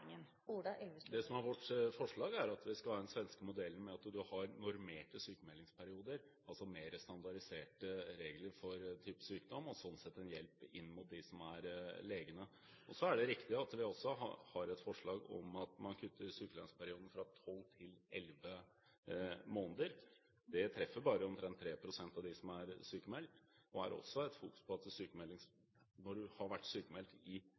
svenske modellen med normerte sykmeldingsperioder, altså mer standardiserte regler for type sykdom – sånn sett en hjelp inn mot legene. Så er det riktig at vi også har et forslag om at man kutter sykelønnsperioden fra tolv til elleve måneder. Det treffer bare omtrent 3 pst. av dem som er sykmeldt. Og når du har vært sykmeldt i elleve måneder, handler det om at du må over på andre ordninger og ikke forbli i